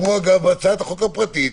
כמו אגב בהצעת החוק הפרטית,